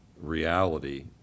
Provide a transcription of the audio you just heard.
reality